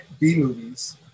B-movies